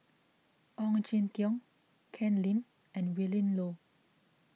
Ong Jin Teong Ken Lim and Willin Low